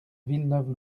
villeneuve